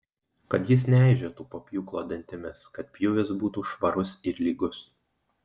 kad jis neeižėtų po pjūklo dantimis kad pjūvis būtų švarus ir lygus